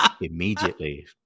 immediately